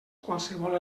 qualsevol